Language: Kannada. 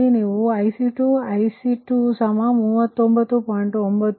ಆದ್ದರಿಂದ ಈ ರೀತಿಯಲ್ಲಿ ನೀವು ಈ IC2 ಈ IC239